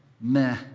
meh